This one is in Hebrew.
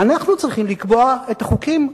אנחנו צריכים לקבוע את החוקים,